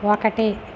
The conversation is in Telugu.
ఒకటి